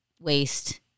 Waste